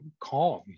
calm